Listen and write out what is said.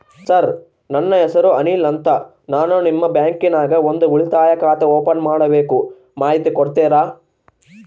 Sir ನನ್ನ ಹೆಸರು ಅನಿಲ್ ಅಂತ ನಾನು ನಿಮ್ಮ ಬ್ಯಾಂಕಿನ್ಯಾಗ ಒಂದು ಉಳಿತಾಯ ಖಾತೆ ಓಪನ್ ಮಾಡಬೇಕು ಮಾಹಿತಿ ಕೊಡ್ತೇರಾ?